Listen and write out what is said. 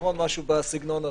משהו בסגנון הזה.